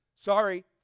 sorry